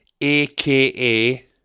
aka